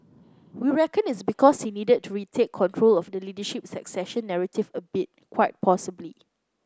we reckon it's because he needed to retake control of the leadership succession narrative a bit quite possibly